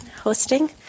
hosting